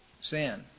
sin